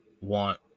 want